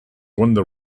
wonder